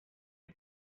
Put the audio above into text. ese